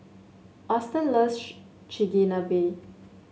Auston loves Chigenabe